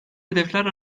hedefler